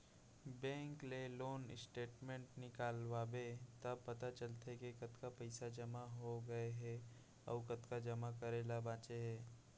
bank ले loan statement निकलवाबे त पता चलथे के कतका पइसा जमा हो गए हे अउ कतका जमा करे ल बांचे हे